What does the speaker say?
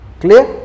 clear